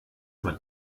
man